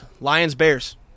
Lions-Bears